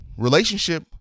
relationship